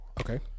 Okay